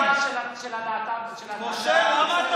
של הלהט"ב, משה, למה אתה